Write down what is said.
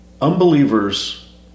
unbelievers